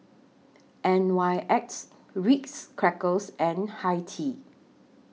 N Y X Ritz Crackers and Hi Tea